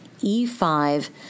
E5